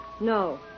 No